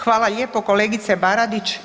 Hvala lijepo kolegice Baradić.